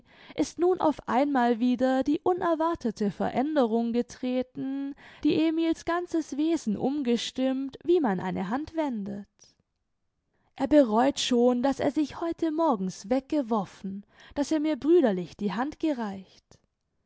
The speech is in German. ist nun auf einmal wieder die unerwartete veränderung getreten die emil's ganzes wesen umgestimmt wie man eine hand wendet er bereut schon daß er sich heute morgens weggeworfen daß er mir brüderlich die hand gereicht